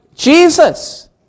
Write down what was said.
Jesus